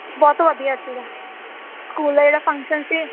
ਬਹੁਤ ਵਧੀਆ ਸੀਗਾ ਸਕੂਲ ਦਾ ਜਿਹੜਾ ਫੰਕਸ਼ਨ ਸੀ